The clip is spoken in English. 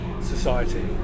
society